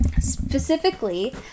Specifically